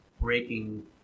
breaking